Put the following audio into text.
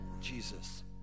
Jesus